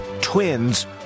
twins